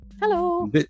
Hello